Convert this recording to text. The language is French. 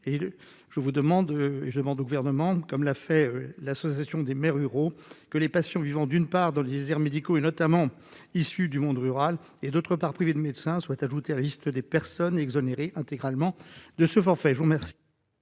je vous demande, je demande au gouvernement, comme l'a fait, l'association des maires ruraux que les patients vivants d'une part dans les déserts médicaux et notamment issus du monde rural, et d'autre part, privée de médecins soient ajoutés à la liste des personnes exonérées intégralement de ce forfait, je vous remercie.